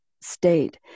state